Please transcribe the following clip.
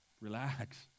Relax